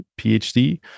PhD